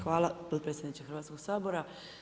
Hvala potpredsjedniče Hrvatskog sabora.